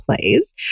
plays